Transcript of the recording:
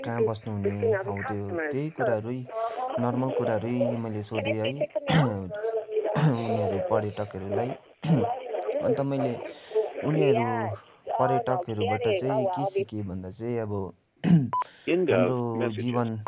कहाँ बस्नु हुने हौ त्यो त्यही कुराहरू नर्मल कुराहरू मैले सोधेँ है उनीहरू पर्यटकहरूलाई अन्त मैले उनीहरू पर्यटकहरूबाट चाहिँ के सिकेँ भन्दा चाहिँ अब हाम्रो जीवन